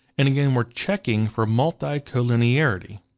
and again, we're checking for multicollinearity.